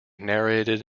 narrated